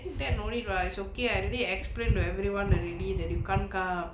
that normally rice okay I already explain to everyone the ready you can't come